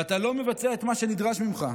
ואתה לא מבצע את מה שנדרש ממך.